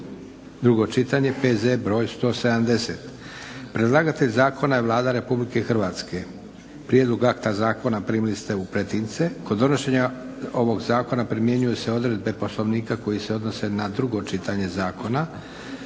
drugo čitanje, P.Z. br. 170. Predlagatelj zakona je Vlada Republike Hrvatske. Prijedlog akta zakona primili ste u pretince. Kod donošenja ovog Zakona primjenjuju se odredbe Poslovnika koji se odnose na drugo čitanje zakona,